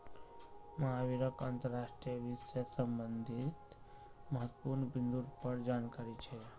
महावीरक अंतर्राष्ट्रीय वित्त से संबंधित महत्वपूर्ण बिन्दुर पर जानकारी छे